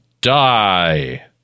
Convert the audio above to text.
die